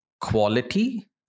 quality